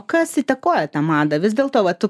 kas įtakoja tą madą vis dėl to va tu